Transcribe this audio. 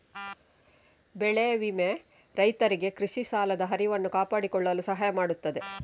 ಬೆಳೆ ವಿಮೆ ರೈತರಿಗೆ ಕೃಷಿ ಸಾಲದ ಹರಿವನ್ನು ಕಾಪಾಡಿಕೊಳ್ಳಲು ಸಹಾಯ ಮಾಡುತ್ತದೆ